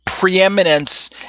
preeminence